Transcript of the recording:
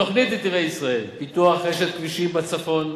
תוכנית "נתיבי ישראל" פיתוח רשת כבישים בצפון,